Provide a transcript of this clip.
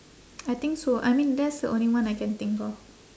I think so I mean that's the only one I can think of